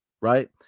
Right